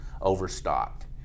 overstocked